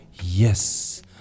yes